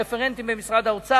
עם הרפרנטים במשרד האוצר,